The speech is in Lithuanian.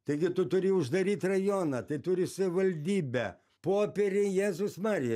taigi tu turi uždaryt rajoną tai turi savivaldybę popieriai jėzus marija